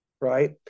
right